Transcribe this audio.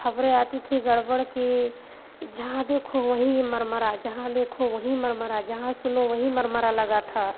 खबरें आती थी गड़बड़ कि जहाँ देखो वहीं मर मरा जहाँ देखो वहीं मर मरा जहाँ सुनो वहीं मर मरा लगा था